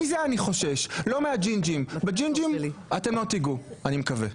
מזה אני חושש לא מג'ינג'ים בג'נג'ים אתם לא תגעו אני מקווה.